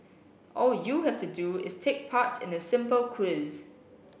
all you have to do is take part in a simple quiz